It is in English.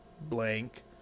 Blank